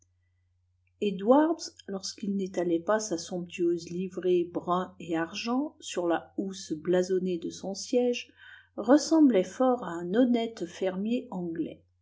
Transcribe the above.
edwards lorsqu'il n'étalait pas sa somptueuse livrée brun et argent sur la housse blasonnée de son siège ressemblait fort à un honnête fermier anglais